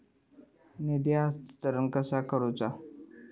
निधी हस्तांतरण कसा करुचा?